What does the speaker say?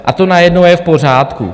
A to najednou je v pořádku.